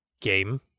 game